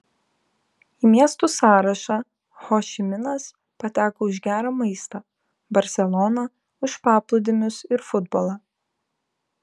į miestų sąrašą ho ši minas pateko už gerą maistą barselona už paplūdimius ir futbolą